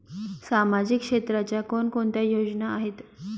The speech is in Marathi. सामाजिक क्षेत्राच्या कोणकोणत्या योजना आहेत?